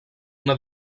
una